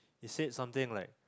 he said something like